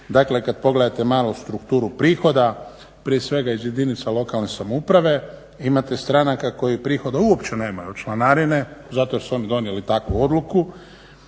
Dakle, kad pogledate malo strukturu prihoda prije svega iz jedinica lokalne samouprave. Imate stranaka koji prihoda uopće nemaju od članarine zato jer su oni donijeli takvu odluku.